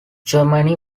germany